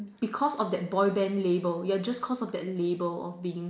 because of that boy band label ya just cause of that label of being